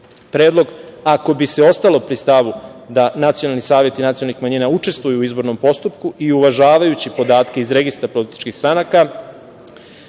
predlog. Ako bi se ostalo pri stavu da nacionalni saveti nacionalnih manjina učestvuju u izbornom postupku i uvažavajući podatke iz Registra političkih stranaka